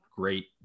great